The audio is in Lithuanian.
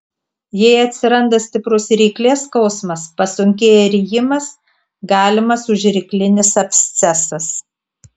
jei atsiranda stiprus ryklės skausmas pasunkėja rijimas galimas užryklinis abscesas